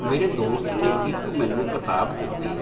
ਮੇਰੇ ਦੋਸਤ ਨੇ ਇੱਕ ਮੈਨੂੰ ਕਿਤਾਬ ਦਿੱਤੀ